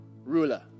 ruler